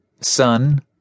Son